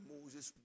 Moses